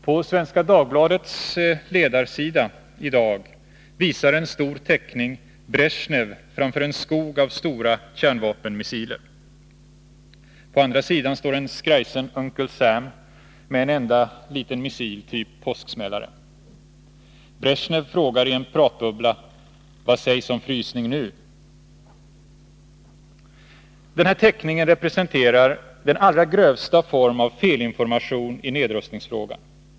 På Svenska Dagbladets ledarsida i dag visar en stor teckning Bresjnev framför en skog av stora kärnvapenmissiler. På andra sidan står en skrajsen Uncle Sam med en enda liten missil, typ påsksmällare. Bresjnev frågar i en pratbubbla: Vad sägs om frysning nu? Denna teckning representerar den allra grövsta form av felinformation i nedrustningsfrågan.